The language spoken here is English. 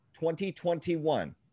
2021